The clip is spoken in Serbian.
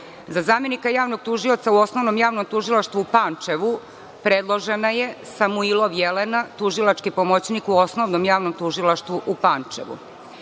zamenika Javnog tužioca u Osnovnom javnom tužilaštvu u Pančevu predložena je Samuilović Jelena, tužilački pomoćnik u Osnovnom javnom tužilaštvu u Pančevu.Za